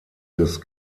des